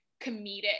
comedic